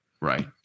Right